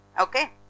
Okay